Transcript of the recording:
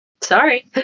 Sorry